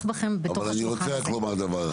אבל אני רוצה לומר רק דבר אחד.